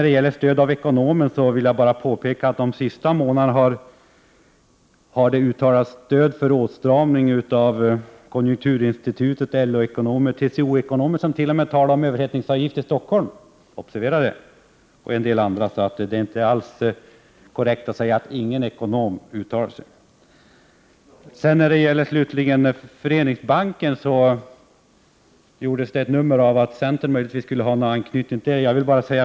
Beträffande stöd av ekonomer vill jag bara påpeka att det under de senaste månaderna har uttalats stöd för åtstramning av konjunkturinstitutet, LO ekonomer, TCO-ekonomer, som t.o.m. talar om — observera det! — överhettningsavgift i Stockholm, och en del andra. Det är således inte alls korrekt att påstå att ingen ekonom har uttalat sig för åtstramning. När det slutligen gäller Föreningsbanken gjordes ett nummer av att centern möjligen skulle ha någon anknytning till den.